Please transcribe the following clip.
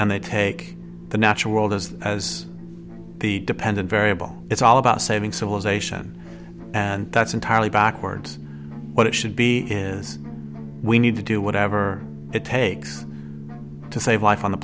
and they take the natural world as the dependent variable it's all about saving civilization and that's entirely backwards what it should be is we need to do whatever it takes to save life on the